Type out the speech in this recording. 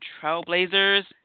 trailblazers